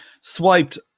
swiped